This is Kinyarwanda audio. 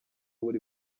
buri